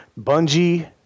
bungee